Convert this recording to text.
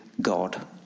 God